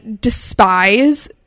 despise